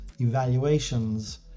evaluations